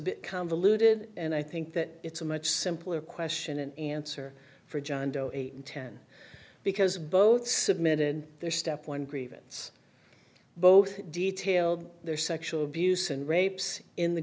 bit convoluted and i think that it's a much simpler question and answer for john doe eight and ten because both submitted their step one grievance both detailed their sexual abuse and rapes in the